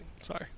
Sorry